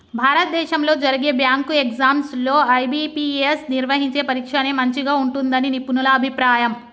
భారతదేశంలో జరిగే bank exams లో ఐ.బీ.పీ.ఎస్ నిర్వహించే పరీక్షనే మంచిగా ఉంటుందని నిపుణుల అభిప్రాయం